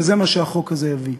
וזה מה שהחוק הזה יביא.